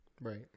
Right